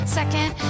second